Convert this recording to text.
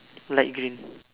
light green